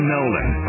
Nolan